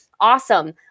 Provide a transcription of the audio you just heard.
awesome